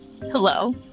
Hello